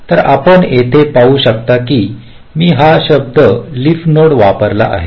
तर आपण येथे पाहू शकता की मी हा शब्द लीफ नोड वापरला आहे